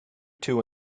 two